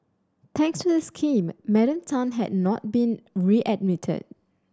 thanks to this scheme Madam Tan had not been readmitted